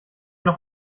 noch